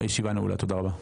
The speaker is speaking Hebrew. הישיבה נעולה, תודה רבה.